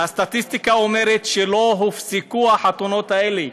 הסטטיסטיקה אומרת שלא הופסקו החתונות האלה.